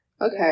Okay